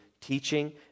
teaching